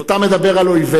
תזהיר אותי.